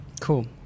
cool